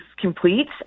complete